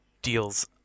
deals